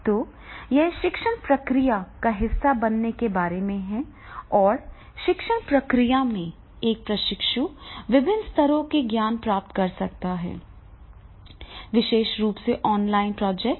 तो यह शिक्षण प्रक्रिया का हिस्सा बनने के बारे में है और शिक्षण प्रक्रिया में एक प्रशिक्षु विभिन्न स्तरों के ज्ञान प्राप्त कर सकता है विशेष रूप से ऑनलाइन प्रोजेक्ट